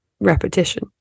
repetition